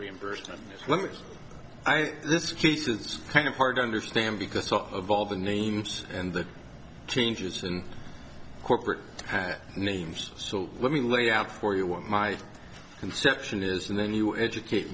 reimbursement this case is kind of hard to understand because of all the names and the changes in corporate names so let me lay out for you what my conception is and then you educate